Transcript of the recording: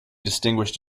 distinguished